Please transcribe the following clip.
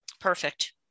Perfect